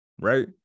right